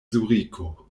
zuriko